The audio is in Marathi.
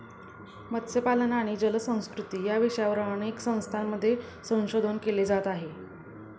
मत्स्यपालन आणि जलसंस्कृती या विषयावर अनेक संस्थांमध्ये संशोधन केले जात आहे